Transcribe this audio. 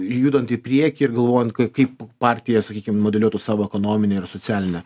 judant į priekį ir galvojant kai kaip partija sakykim modeliuotų savo ekonominę ir socialinę